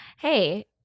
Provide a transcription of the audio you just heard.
Hey